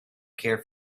care